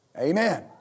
Amen